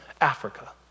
Africa